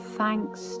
thanks